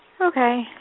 Okay